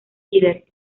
líder